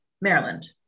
Maryland